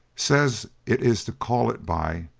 says it is to call it by,